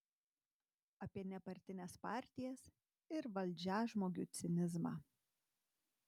apie nepartines partijas ir valdžiažmogių cinizmą